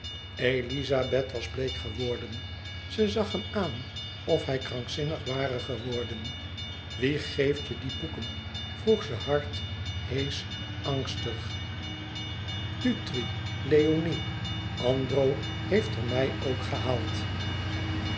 elizabeth was bleek geworden ze zag hem aan of hij krankzinnig ware geworden wie geeft je die boeken vroeg ze hard heesch angstig dutri leoni andro heeft er mij ook gehaald